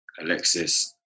Alexis